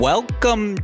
Welcome